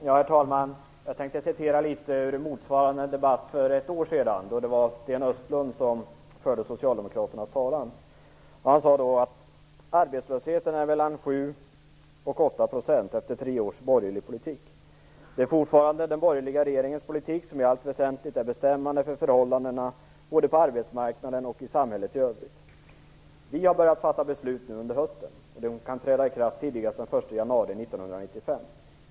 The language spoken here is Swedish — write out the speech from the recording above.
Herr talman! Jag skall återge litet från motsvarande debatt för ett år sedan, då det var Sten Östlund som förde Socialdemokraternas talan. Han sade: Arbetslösheten är mellan sju och åtta procent efter tre års borgerlig politik. Det är fortfarande den borgerliga regeringens politik som i allt väsentligt är bestämmande för förhållandena både på arbetsmarknaden och i samhället i övrigt. Vi har börjat fatta beslut nu under hösten, och de kan träda i kraft tidigast den 1 januari 1995.